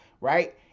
right